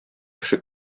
кеше